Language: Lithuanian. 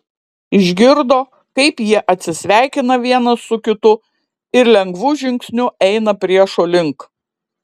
išgirdo kaip jie atsisveikina vienas su kitu ir lengvu žingsniu eina priešo link